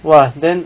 !wah! then